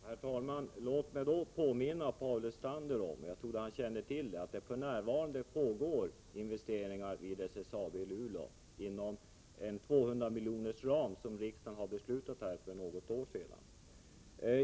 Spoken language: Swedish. Herr talman! Låt mig påminna Paul Lestander — jag trodde han kände till det— om att det för närvarande pågår investeringar vid SSAB i Luleå inom en tvåhundramiljonersram, som riksdagen har beslutat för något år sedan.